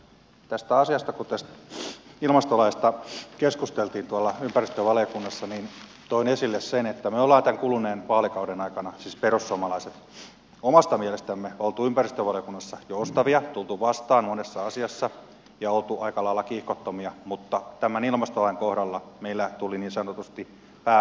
kun tästä ilmastolaista keskusteltiin tuolla ympäristövaliokunnassa toin esille sen että me olemme tämän kuluneen vaalikauden aikana siis perussuomalaiset omasta mielestämme olleet ympäristövaliokunnassa joustavia tulleet vastaan monessa asiassa ja olleet aika lailla kiihkottomia mutta tämän ilmastolain kohdalla meillä tuli niin sanotusti pää vetävän käteen